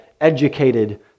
educated